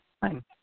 fine